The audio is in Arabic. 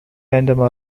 عندما